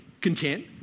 content